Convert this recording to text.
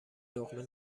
لقمه